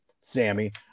sammy